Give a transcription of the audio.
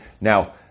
Now